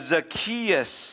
Zacchaeus